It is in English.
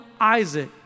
Isaac